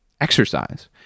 exercise